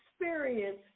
experience